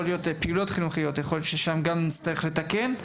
יכול להיות ששם גם נצטרך לתקן.